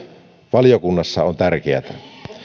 valiokunnassa on tärkeätä